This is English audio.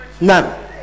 none